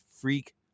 freak